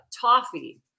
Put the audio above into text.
toffee